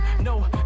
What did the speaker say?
No